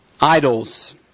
idols